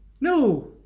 no